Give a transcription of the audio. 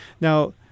Now